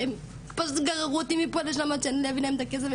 הם פשוט גררו אותי מפה לשם עד שאני יביא להם את הכסף,